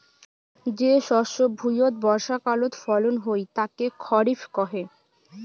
যে শস্য ভুঁইয়ত বর্ষাকালত ফলন হই তাকে খরিফ কহে